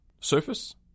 surface